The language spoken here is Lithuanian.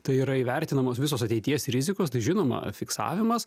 tai yra įvertinamos visos ateities rizikos tai žinoma fiksavimas